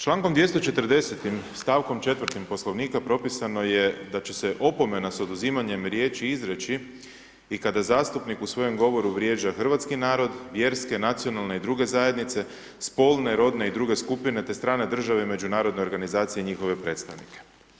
Čl. 240. st. 4. Poslovnika propisano je da će se opomena s oduzimanjem riječi izreći i kada zastupnik u svojem govoru vrijeđa hrvatski narod, vjerske, nacionalne i druge zajednice, spolne, rodne i druge skupine, te strane države i međunarodne organizacije i njihove predstavnike.